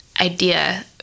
idea